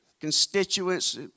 constituents